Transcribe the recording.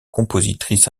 compositrice